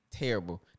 Terrible